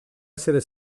essere